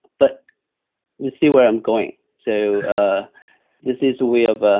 but you see where i'm going, so this is a way of